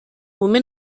woman